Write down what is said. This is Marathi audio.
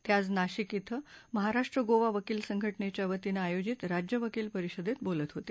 ते आज नाशिक इथं महाराष्ट्र गोवा वकिल संघटनेच्या वतीनं आयोजित राज्य वकील परिषदेत बोलत होते